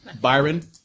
Byron